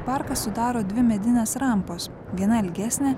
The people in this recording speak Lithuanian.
parką sudaro dvi medinės rampos viena ilgesnė